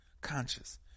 conscious